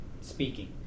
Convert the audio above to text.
speaking